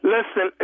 Listen